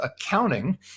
accounting